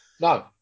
No